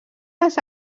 les